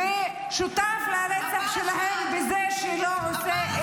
-- ושותף לרצח שלהם בזה שלא עושה את המוטל עליו.